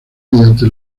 mediante